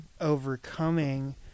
overcoming